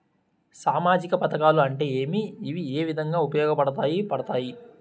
సామాజిక పథకాలు అంటే ఏమి? ఇవి ఏ విధంగా ఉపయోగపడతాయి పడతాయి?